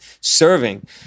serving